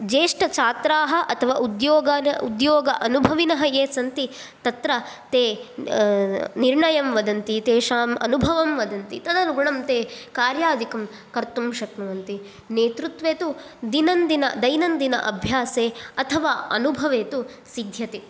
ज्येष्ठ छात्राः अथवा उद्योगाद् उद्योग अनुभवीनः ये सन्ति तत्र ते निर्णयमं वदन्ति तेषां अनुभवं वदन्ति तदनुगुणं ते कार्याधिकं कर्तुं शक्नुवन्ति नेतृत्वे तु दिनंदिन दैनन्दिन अभ्यासे अथवा अनुभवे तु सिध्यते